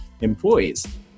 employees